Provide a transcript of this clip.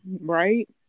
Right